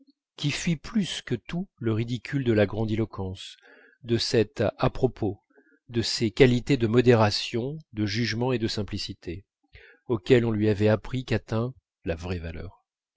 qui fuit plus que tout le ridicule de la grandiloquence de cet à-propos de ces qualités de modération de jugement et de simplicité auxquelles on lui avait appris qu'atteint la vraie valeur